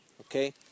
okay